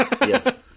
Yes